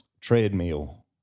treadmill